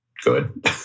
good